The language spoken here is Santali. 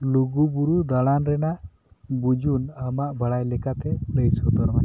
ᱞᱩᱜᱩ ᱵᱩᱨᱩ ᱫᱟᱬᱟᱱ ᱨᱮᱱᱟᱜ ᱵᱩᱡᱩᱱ ᱟᱢᱟᱜ ᱵᱟᱲᱟᱭ ᱞᱮᱠᱟᱛᱮ ᱞᱟᱹᱭ ᱥᱚᱫᱚᱨ ᱢᱮ